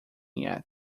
yet